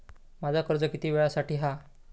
माझा कर्ज किती वेळासाठी हा?